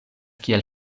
kiel